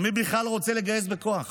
אבל מי בכלל רוצה לגייס בכוח?